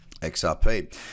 XRP